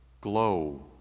glow